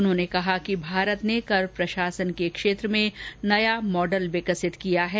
प्रधानमंत्री ने कहा कि भारत ने कर प्रशासन के क्षेत्र में एक नया मॉडल विकसित किया है